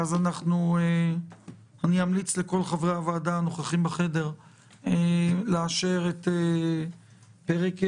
אז אני אמליץ לכל חברי הוועדה הנוכחים בחדר לאשר את פרק הזמן.